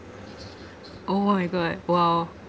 oh my god !wow!